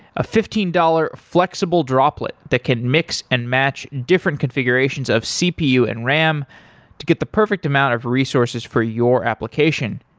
a fifteen dollars flexible droplet that can mix and match different configurations of cpu and ram to get the perfect amount of resources for your application.